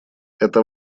это